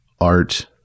art